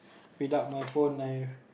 without my phone I